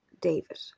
David